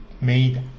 made